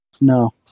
No